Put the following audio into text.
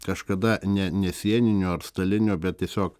kažkada ne ne sieninio ar stalinio bet tiesiog